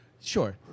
Sure